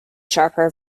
sharper